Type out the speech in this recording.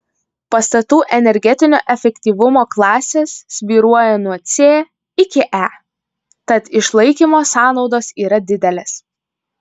pastatų energetinio efektyvumo klasės svyruoja nuo c iki e tad išlaikymo sąnaudos yra didelės